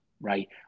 right